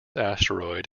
asteroid